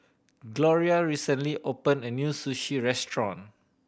Gloria recently open a new Sushi Restaurant